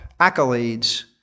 accolades